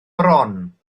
bron